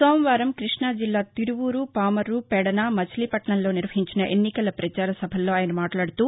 సోమవారం కృష్ణా జిల్లా తిరువూరు పామారు పెదన మచిలీపట్నంలలో నిర్వహించిన ఎన్నికల పచార సభల్లో ఆయన మాట్లాడుతూ